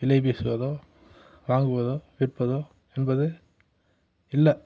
விலை பேசுவதோ வாங்குவதோ விற்பதோ என்பது இல்லை